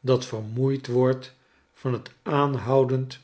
dat vermoeid wordt van het aanhoudend